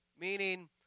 Meaning